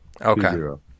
Okay